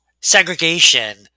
segregation